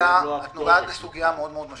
את נוגעת בסוגיה מאוד מאוד משמעותית.